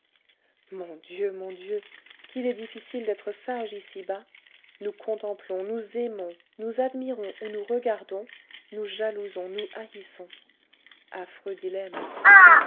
mon dieu mon dieu qu'il est difficile d'être sage ici-bas nous contemplons nous aimons nous admirons ou nous regardons nous jalousons nous haïssons affreux dilemme